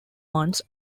months